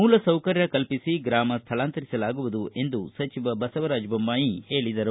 ಮೂಲ ಸೌಕರ್ಯ ಕಲ್ಪಿಸಿ ಗ್ರಾಮ ಸ್ಥಳಾಂತರಿಸಲಾಗುವುದು ಎಂದು ಬಸವರಾಜ ಬೊಮ್ಲಾಯಿ ಹೇಳದರು